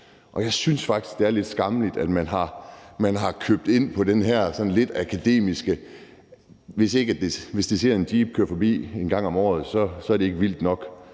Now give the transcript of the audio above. Og jeg synes faktisk, det er lidt skammeligt, at man har købt ind på det her sådan lidt akademiske med, at det, hvis dyrene ser en jeep køre forbi en gang om året, så ikke er vildt nok.